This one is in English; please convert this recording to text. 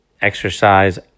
exercise